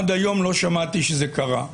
עד היום לא שמעתי שזה קרה.